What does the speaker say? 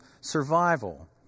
survival